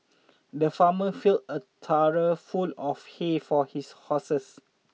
the farmer filled a trough full of hay for his horses